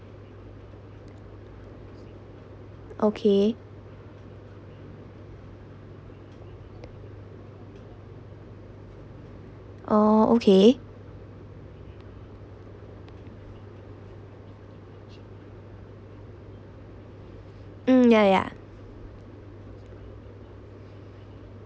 okay oo okay um yea yea